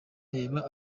reba